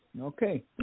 Okay